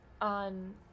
on